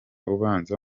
ubanza